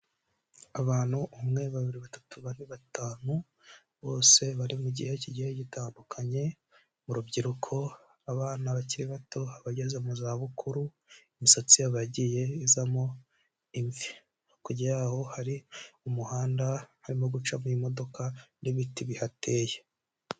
Abantu umwe, babiri, batatu, bane, batanu bose bari mu gihe kigiye gitandukanye, mu rubyiruko, abana bakiri bato, abageze mu zabukuru, imisatsi yagiye izamo imvi. Hakurya y'aho hari umuhanda harimo gucamo imodoka n'ibiti bihateye.